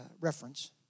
reference